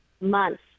months